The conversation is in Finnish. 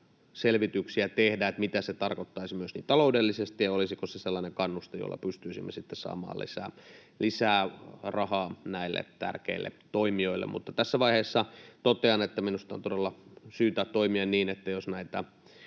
selvityksiä tehdä, että mitä se tarkoittaisi myöskin taloudellisesti ja olisiko se sellainen kannuste, jolla pystyisimme saamaan lisää rahaa näille tärkeille toimijoille. Mutta tässä vaiheessa totean, että minusta on todella syytä toimia niin, että jos näitä